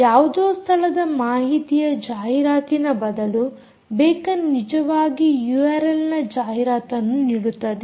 ಯಾವುದೋ ಸ್ಥಳದ ಮಾಹಿತಿಯ ಜಾಹಿರಾತಿನ ಬದಲು ಬೇಕನ್ ನಿಜವಾಗಿ ಯೂಆರ್ಎಲ್ನ ಜಾಹೀರಾತನ್ನು ನೀಡುತ್ತದೆ